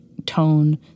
tone